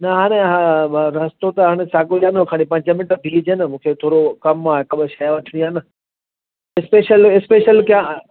न हाणे रस्तो त हाणे साॻिओ ई आहे न खाली पंज मिंट बीहजांइ न मूंखे थोरो कमु आहे हिकु ॿ शइ वठणी आहे न स्पेशल स्पेशल कयां